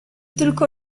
tylko